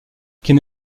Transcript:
qu’est